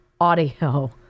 audio